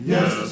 Yes